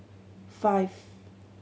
five